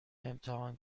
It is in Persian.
امتحان